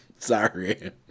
Sorry